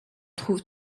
trouve